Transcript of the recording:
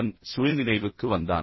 அவன் சுயநினைவுக்கு வந்தான்